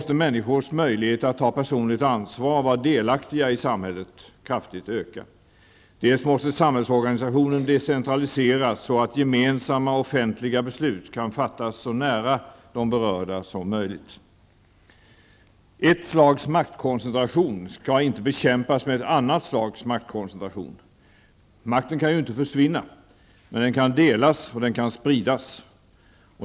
Människors möjlighet att ta personligt ansvar och vara delaktiga i samhället måste kraftigt öka. Samhällsorganisationen måste också decentraliseras så att gemensamma offentliga beslut kan fattas så nära de berörda som möjligt. Ett slags maktkoncentration skall inte bekämpas med ett annat slags maktkoncentration. Makten kan inte försvinna, men den kan delas och spridas.